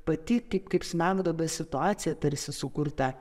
pati kaip kaip smegduobės situacija tarsi sukurta